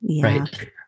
right